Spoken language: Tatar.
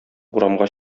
урамга